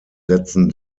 setzen